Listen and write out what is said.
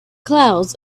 clouds